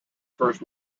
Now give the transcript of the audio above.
first